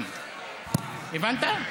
הבנת?